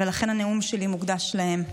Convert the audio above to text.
ולכן הנאום שלי מוקדש להם: